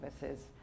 services